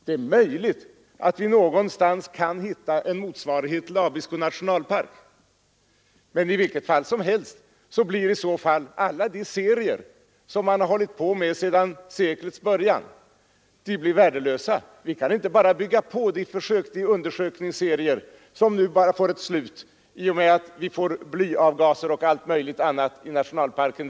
Det är möjligt att vi någonstans kan hitta en motsvarighet till Abisko nationalpark, men i vilket fall som helst blir alla de undersökningsserier som man hållit på med sedan seklets början värdelösa eller kan i vart fall inte fortsättas i och med att vi får blyavgaser och allt möjligt annat i nationalparken.